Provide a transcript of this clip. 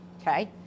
okay